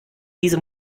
diese